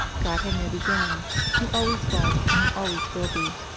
god had no beginning he always was and he always will be.